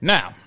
Now